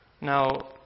Now